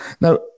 Now